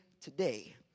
today